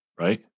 Right